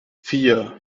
vier